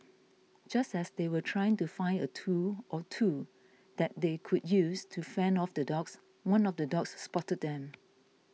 just as they were trying to find a tool or two that they could use to fend off the dogs one of the dogs spotted them